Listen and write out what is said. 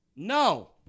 No